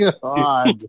God